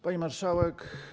Pani Marszałek!